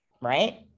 right